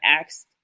asked